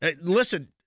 Listen